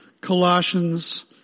Colossians